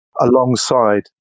alongside